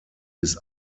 bis